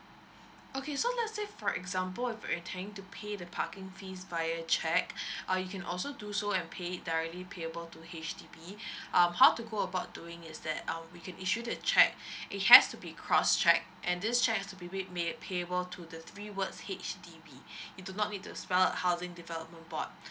okay so let's say for example if you're intending to pay the parking fees via cheque err you can also do so and pay it directly payable to H_D_B um how to go about doing is that uh we can issue the cheque it has to be cross cheque and this cheque has to made payable to the three words H_D_B you do not need to spell housing development board